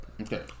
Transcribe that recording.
Okay